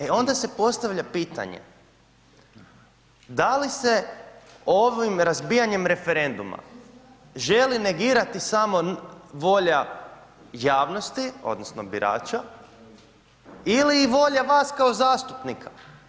E, onda se postavlja pitanje da li se ovim razbijanjem referenduma želi negirati samo volja javnosti odnosno birača ili i volja vas kao zastupnika?